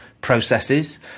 processes